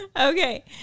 Okay